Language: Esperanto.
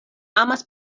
amas